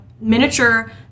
miniature